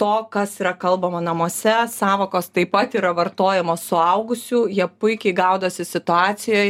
to kas yra kalbama namuose sąvokos taip pat yra vartojamos suaugusių jie puikiai gaudosi situacijoj